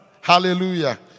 Hallelujah